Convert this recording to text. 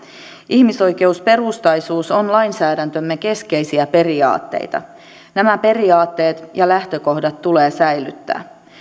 ihmisoikeusperustaisuus on lainsäädäntömme keskeisiä periaatteita nämä periaatteet ja lähtökohdat tulee säilyttää